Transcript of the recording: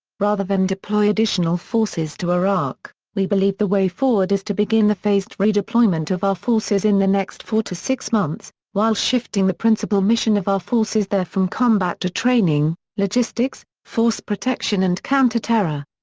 rather than deploy additional forces to iraq, we believe the way forward is to begin the phased redeployment of our forces in the next four to six months, while shifting the principal mission of our forces there from combat to training, logistics, force protection and counter-terror.